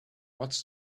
watch